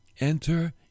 Enter